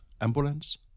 ambulance